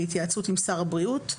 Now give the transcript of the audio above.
בהתייעצות עם שר הבריאות,